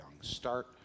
Start